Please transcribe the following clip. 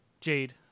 Jade